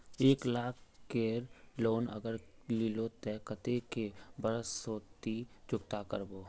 एक लाख केर लोन अगर लिलो ते कतेक कै बरश सोत ती चुकता करबो?